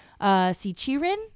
sichirin